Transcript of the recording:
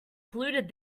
polluted